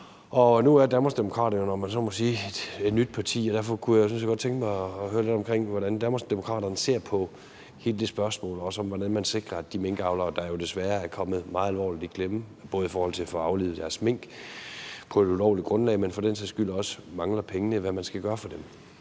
om man så må sige, et nyt parti, og derfor kunne jeg sådan set godt tænke mig at høre lidt om, hvordan Danmarksdemokraterne ser på hele det spørgsmål om, hvordan man sikrer de minkavlere, der jo desværre er kommet meget alvorligt i klemme, både i forhold til at få aflivet deres mink på et ulovligt grundlag, men for den sags skyld også i forhold til at de mangler pengene. Hvad skal man gøre for dem?